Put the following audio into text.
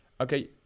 okay